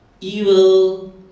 evil